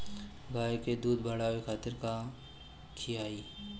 गाय के दूध बढ़ावे खातिर का खियायिं?